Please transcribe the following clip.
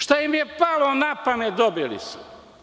Šta im je palo na pamet, dobili su.